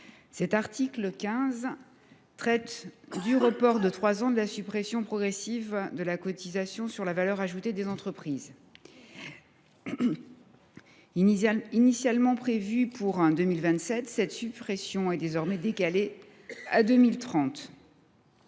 L’article 15 porte sur le report de trois ans de la suppression progressive de la cotisation sur la valeur ajoutée des entreprises (CVAE). Initialement prévue pour 2027, cette suppression est désormais reportée à 2030.